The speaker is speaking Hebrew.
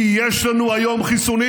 כי יש לנו היום חיסונים,